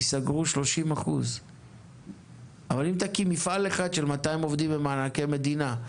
ייסגרו 30%. אבל אם תקים מפעל אחד של 200 עובדים ממענקי מדינה,